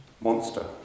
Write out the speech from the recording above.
monster